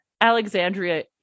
Alexandria